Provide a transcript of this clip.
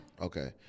Okay